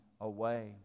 away